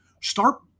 Start